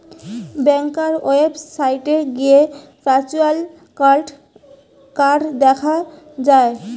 ব্যাংকার ওয়েবসাইটে গিয়ে virtual card দেখা যায়